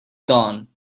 gone